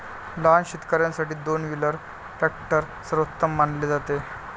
लहान शेतकर्यांसाठी दोन व्हीलर ट्रॅक्टर सर्वोत्तम मानले जाते